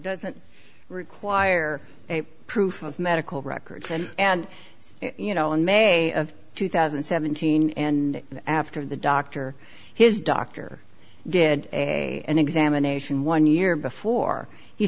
doesn't require a proof of medical records and and so you know in may of two thousand and seventeen and after the doctor his doctor did an examination one year before he